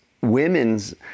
women's